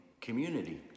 community